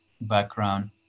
background